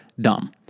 dumb